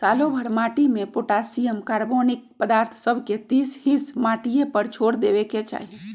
सालोभर माटिमें potassium, carbonic पदार्थ फसल के तीस हिस माटिए पर छोर देबेके चाही